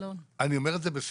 אני אומר את זה בשמחה,